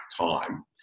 time